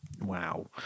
wow